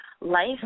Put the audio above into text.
Life